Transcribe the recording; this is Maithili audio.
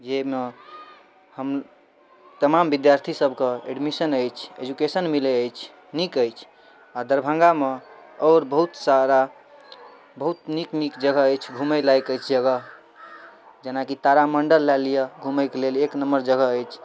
जाहिमे हम तमाम विद्यार्थीसबके एडमिशन अछि एजुकेशन मिलै अछि नीक अछि आओर दरभङ्गामे आओर बहुत सारा बहुत नीक नीक जगह अछि घुमै लाइक जगह जेनाकि तारामण्डल लऽ लिअऽ घुमैके लेल एक नम्बर जगह अछि